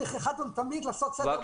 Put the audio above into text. צריך אחת ולתמיד לעשות סדר בעניינים.